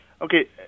Okay